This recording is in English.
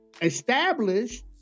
established